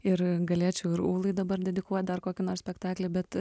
ir galėčiau ir ūlai dabar dedikuot dar kokį nors spektaklį bet